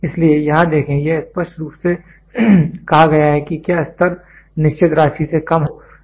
इसलिए यहां देखें यह स्पष्ट रूप से कहा गया है कि क्या स्तर निश्चित राशि से कम है